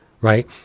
right